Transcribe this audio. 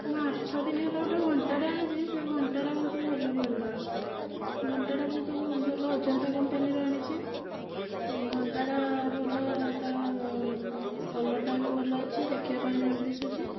ମୁଁ ଆଠଦିନ ହେଲା ଗୋଟେ ଘଣ୍ଟାଟିଏ ଆଣିଛି ସେ ଘଣ୍ଟାଟା ବହୁତ ଭଲ ପଡ଼ିଲା ଘଣ୍ଟାଟା ବହୁତ ଭଲ ଅଜନ୍ତା କମ୍ପାନୀର ଆଣିଛି ଘଣ୍ଟାଟା ଭଲ ତାର କଲରଟା ବି ଭଲ ଅଛି ଦେଖିବାପାଇଁ ଭଲ ଦିଶୁଛି